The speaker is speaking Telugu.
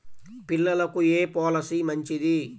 పిల్లలకు ఏ పొలసీ మంచిది?